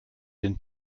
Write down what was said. den